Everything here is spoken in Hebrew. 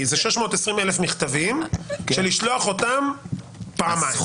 כי זה 620,000 מכתבים של לשלוח אותם פעמיים.